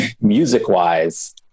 music-wise